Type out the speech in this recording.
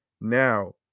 Now